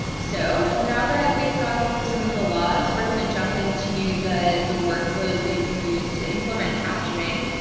so now that we have gone through some of the laws, we're going to jump into the the workflows that you can use to implement captioning.